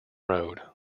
road